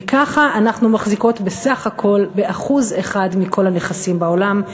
וככה אנחנו מחזיקות בסך הכול ב-1% מכל הנכסים בעולם,